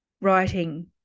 writing